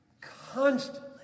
constantly